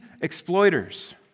exploiters